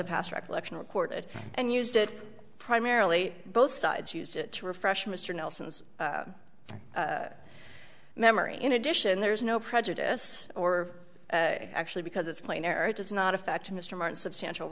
a pass recollection recorded and used it primarily both sides used it to refresh mr nelson's memory in addition there's no prejudice or actually because it's plainer it does not affect mr martin substantial